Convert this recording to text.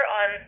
on